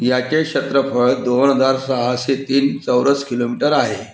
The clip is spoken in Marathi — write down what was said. याचे क्षेत्रफळ दोन हजार सहाशे तीन चौरस किलोमीटर आहे